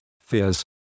fears